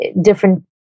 different